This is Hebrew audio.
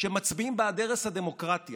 שהם מצביעים בעד הרס הדמוקרטיה,